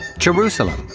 jerusalem,